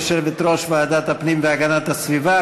יושבת-ראש ועדת הפנים והגנת הסביבה.